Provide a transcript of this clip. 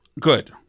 good